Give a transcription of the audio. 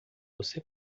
você